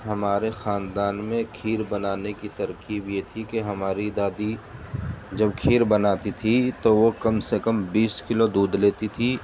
ہمارے خاندان میں کھیر بنانے کی ترکیب یہ تھی کہ ہماری دادی جب کھیر بناتی تھی تو وہ کم سے کم بیس کلو دودھ لیتی تھی